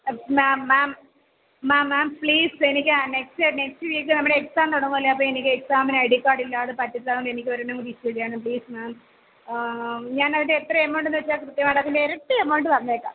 ma'am ma'am ma'am ma'am please എനിക്ക് next next week നമ്മുടെ exam തുടങ്ങുവല്ലേ അപ്പോള് എനിക്ക് എക്സാമിന് ഐ ഡി കാഡില്ലാതെ പറ്റില്ല അതോണ്ടെനിക്കൊരെണ്ണം കൂടി ഇഷ്യൂ ചെയ്യണം പ്ലീസ്സ് മാം ഞാനതിൻ്റെ എത്രയാ എമൗണ്ടെന്ന് വച്ചാല് കൃത്യമായിട്ട് അതിൻ്റെ ഇരട്ടി എമൗണ്ട് തന്നേക്കാം